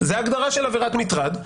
זו ההגדרה של עבירת מטרד,